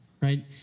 right